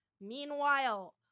Meanwhile